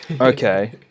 Okay